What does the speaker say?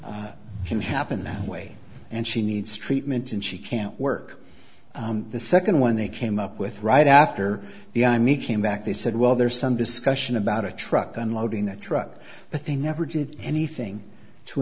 can happen that way and she needs treatment and she can't work the second one they came up with right after the i me came back they said well there's some discussion about a truck unloading the truck but they never did anything to